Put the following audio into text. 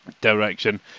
direction